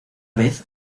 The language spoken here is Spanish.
vez